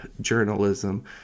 journalism